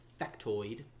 factoid